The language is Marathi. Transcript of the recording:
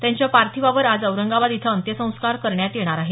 त्यांच्या पार्थिवावर आज औरंगाबाद इथं अंत्यसंस्कार करण्यात येणार आहेत